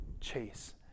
chase